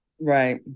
Right